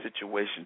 situation